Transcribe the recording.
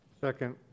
Second